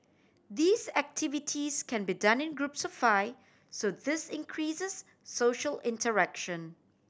these activities can be done in groups of five so this increases social interaction